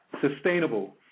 sustainable